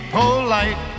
polite